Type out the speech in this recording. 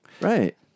Right